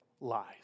lies